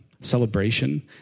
celebration